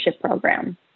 program